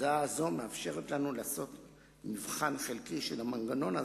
ההצעה הזו מאפשרת לנו לעשות מבחן חלקי של המנגנון הזה.